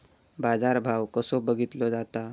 बाजार भाव कसो बघीतलो जाता?